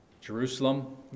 Jerusalem